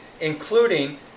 including